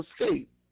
escape